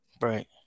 Right